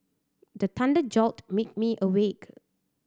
the thunder jolt me me awake